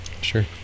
Sure